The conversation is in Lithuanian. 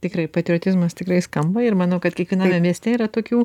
tikrai patriotizmas tikrai skamba ir manau kad kiekviename mieste yra tokių